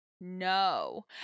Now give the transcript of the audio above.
No